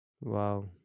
Wow